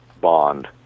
bond